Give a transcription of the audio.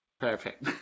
Perfect